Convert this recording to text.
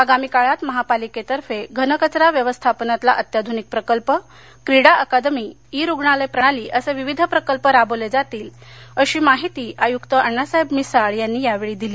आगामी काळात महापालिके तर्फे घनकचरा व्यवस्थापनातला अत्याधूनिक प्रकल्प क्रीडा अकादमी ई रुग्णालय प्रणाली असे विविध प्रकल्प राबवले जातील अशी माहिती आयुक्त अण्णासाहेब मिसाळ यांनी यावेळी दिली